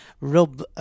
Rub